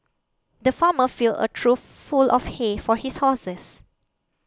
the farmer filled a trough full of hay for his horses